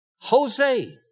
Jose